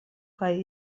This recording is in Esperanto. kaj